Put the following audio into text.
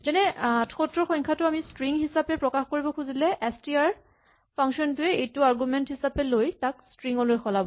যেনে ৭৮ সংখ্যাটোক আমি ষ্ট্ৰিং হিচাপে প্ৰকাশ কৰিব খুজিলে এচটিআৰ ফাংচন টোৱে এইটো আৰগুমেন্ট হিচাপে লৈ তাক ষ্ট্ৰিং লৈ সলাব